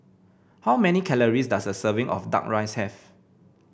how many calories does a serving of duck rice have